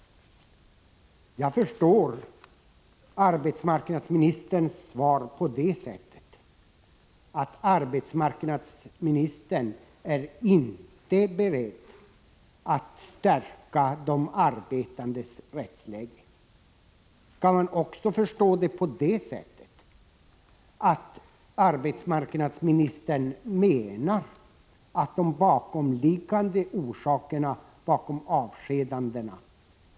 Jag förstår arbetsmarknadsministerns svar på det sättet att hon inte är beredd att stärka de arbetandes rättsläge. Skall jag också förstå det på det sättet att arbetsmarknadsministern menar att man inte skall bry sig om de bakomliggande orsakerna till avskedandena?